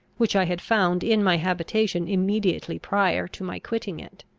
which i had found in my habitation immediately prior to my quitting it.